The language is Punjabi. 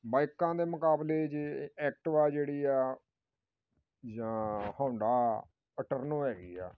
ਬਾਈਕਾਂ ਦੇ ਮੁਕਾਬਲੇ ਜੇ ਐਕਟਿਵਾ ਜਿਹੜੀ ਆ ਜਾਂ ਹੋਂਡਾ ਅਟਰਨੋ ਹੈਗੀ ਆ